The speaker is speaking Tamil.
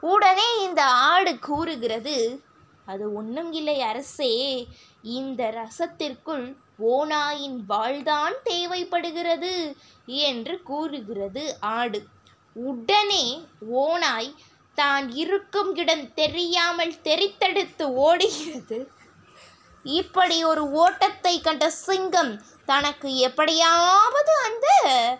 உடனே இந்த ஆடு கூறுகிறது அது ஒன்றும் இல்லை அரசே இந்த ரசத்திற்குள் ஓநாயின் வால் தான் தேவைப்படுகிறது என்று கூறுகிறது ஆடு உடனே ஓநாய் தான் இருக்கும் இடந்தெரியாமல் தெரித்தெடுத்து ஓடுகிறது இப்படி ஒரு ஓட்டத்தைக் கண்ட சிங்கம் தனக்கு எப்படியாவது அந்த